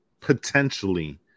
potentially